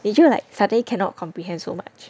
你就 like suddenly cannot comprehend so much